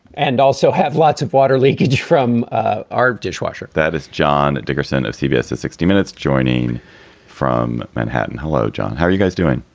and also have lots of water leakage from ah our dishwasher that is john dickerson of cbs sixty minutes joining us from manhattan. hello, john. how are you guys doing?